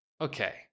Okay